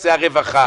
נושא הרווחה.